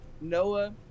Noah